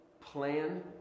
plan